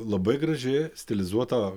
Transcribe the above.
labai graži stilizuota